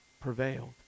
prevailed